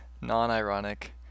non-ironic